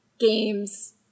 games